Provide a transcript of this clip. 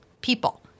people